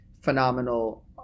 phenomenal